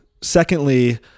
secondly